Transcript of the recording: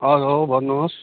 hello भन्नुहोस्